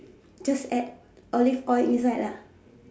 just add Olive oil inside lah